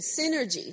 synergy